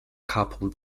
couple